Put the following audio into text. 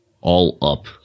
all-up